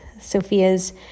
Sophia's